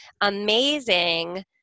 amazing